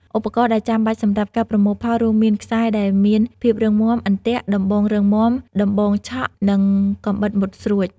ឧបករណ៍ដែលចាំបាច់សម្រាប់ការប្រមូលផលរួមមាន ខ្សែដែលមានភាពរឹងមាំ អន្ទាក់ ដំបងរឹងមាំ ដំបងឆក់ និងកាំបិតមុតស្រួច។